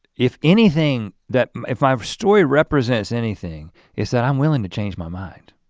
if anything that if my story represents anything is that i'm willing to change my mind.